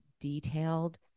detailed